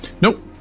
Nope